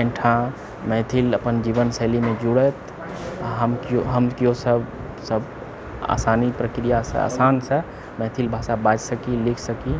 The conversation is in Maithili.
एहिठाम मैथिल अपन जीवनशैलीमे जुड़त आ हम केओ केओ सब सब आसानी प्रक्रियासँ आसानसँ मैथिल भाषा बाजि सकी लिख सकी